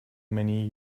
many